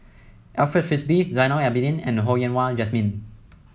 Alfred Frisby Zainal Abidin and Ho Yen Wah Jesmine